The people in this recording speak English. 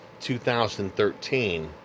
2013